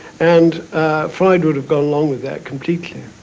and freud would have gone along with that completely.